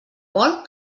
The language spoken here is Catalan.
vol